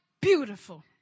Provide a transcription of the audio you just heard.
beautiful